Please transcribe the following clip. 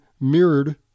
mirrored